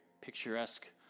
picturesque